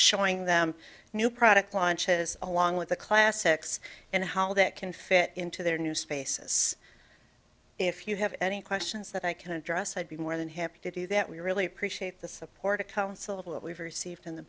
showing them new product launches along with the classics and how that can fit into their new spaces if you have any questions that i can address i'd be more than happy to do that we really appreciate the support of counsel that we've received in the